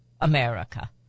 America